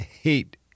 hate